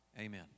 Amen